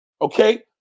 Okay